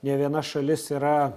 nė viena šalis yra